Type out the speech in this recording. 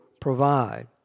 provide